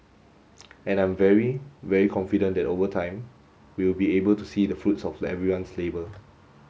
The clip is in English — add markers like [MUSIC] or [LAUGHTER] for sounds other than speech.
[NOISE] and I'm very very confident that over time we will be able to see the fruits of everyone's labour